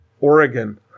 oregon